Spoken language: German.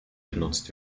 genutzt